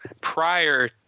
prior